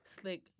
slick